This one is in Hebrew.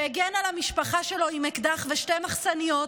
שהגן על המשפחה שלו עם אקדח ושתי מחסניות,